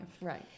Right